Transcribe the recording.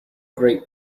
great